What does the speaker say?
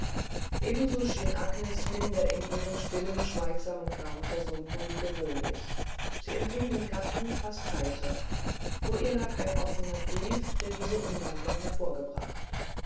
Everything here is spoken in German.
ebenso schien agnes minder in ihren stillen schweigsamen gram versunken wie gewöhnlich sie empfing den gatten fast heiter vor ihr lag ein offener brief der diese umwandlung hervorgebracht